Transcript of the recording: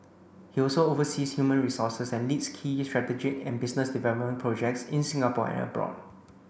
he also oversees human resources and leads key strategic and business development projects in Singapore and abroad